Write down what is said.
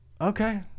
okay